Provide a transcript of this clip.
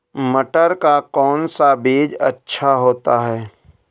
मटर का कौन सा बीज अच्छा होता हैं?